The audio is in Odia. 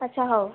ଆଚ୍ଛା ହଉ